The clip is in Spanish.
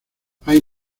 hay